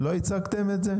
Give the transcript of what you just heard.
לא הצגתם את זה?